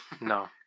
no